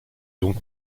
donc